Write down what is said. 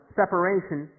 separation